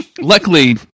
luckily